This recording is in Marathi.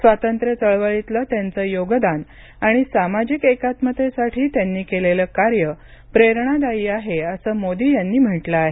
स्वातंत्र्य चळवळीतील त्यांचे योगदान आणि सामाजिक एकात्मतेसाठी त्यांनी केलेलं कार्य प्रेरणादायी आहे असं मोदी यांनी म्हटलं आहे